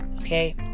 okay